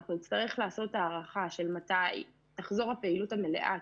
אנחנו נצטרך לעשות הערכה שך מתי תחזור הפעילות המלאה.